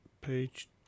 page